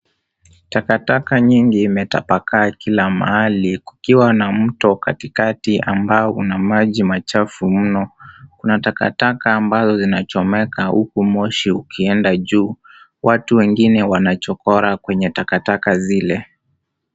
Takataka nyingi imetapakaa kila mahali kukiwa na mto katikati ambao una maji machafu mno. Kuna takataka ambazo zinachomeka huku moshi ukienda juu. Watu wengine wanachokora kwenye takataka zile.